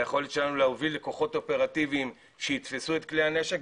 היכולת שלנו להוביל לכוחות אופרטיביים שיתפסו את כלי הנשק,